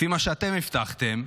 לפי מה שאתם הבטחתם,